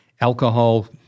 alcohol